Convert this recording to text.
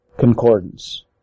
Concordance